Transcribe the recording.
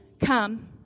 Come